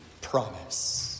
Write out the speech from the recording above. promise